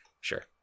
sure